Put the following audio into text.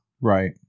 right